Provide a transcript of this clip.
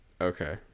okay